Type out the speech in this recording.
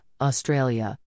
australia